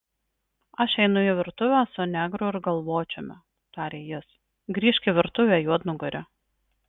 aš einu į virtuvę su negru ir galvočiumi tarė jis grįžk į virtuvę juodnugari